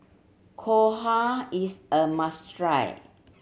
dhokla is a must try